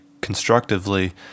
constructively